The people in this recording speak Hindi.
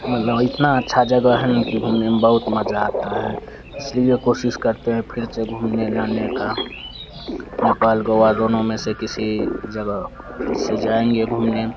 मतलब इतनी अच्छी जगह है ना कि घूमने में बहुत मज़ा आता है इसलिए कोशिश करते हैं फिर से घूमने जाने का नेपाल गोआ दोनों में से किसी जगह जैसे जाएँगे घूमने